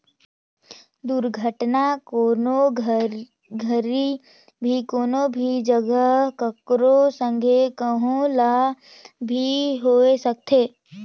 दुरघटना, कोनो घरी भी, कोनो भी जघा, ककरो संघे, कहो ल भी होए सकथे